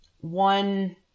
One